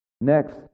next